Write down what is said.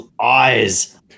eyes